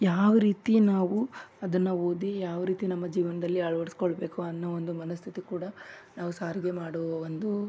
ಯಾವ ರೀತಿ ನಾವು ಅದನ್ನು ಓದಿ ಯಾವ ರೀತಿ ನಮ್ಮ ಜೀವನದಲ್ಲಿ ಅಳ್ವಡಿಸ್ಕೊಳ್ಬೇಕು ಅನ್ನೋ ಒಂದು ಮನಸ್ಥಿತಿ ಕೂಡ ನಾವು ಸಾರಿಗೆ ಮಾಡುವ ಒಂದು